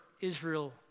Israel